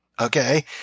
Okay